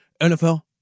NFL